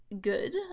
good